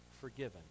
forgiven